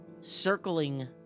circling